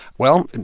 well, and